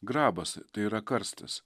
grabas tai yra karstas